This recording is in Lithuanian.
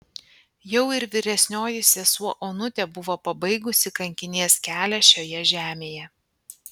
jau ir vyresnioji sesuo onutė buvo pabaigusi kankinės kelią šioje žemėje